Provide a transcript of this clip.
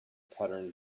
pattern